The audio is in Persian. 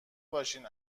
باشین